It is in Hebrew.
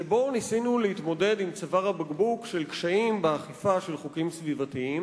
שבו ניסינו להתמודד עם צוואר הבקבוק של קשיים באכיפה של חוקים סביבתיים